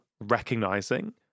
recognizing